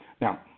Now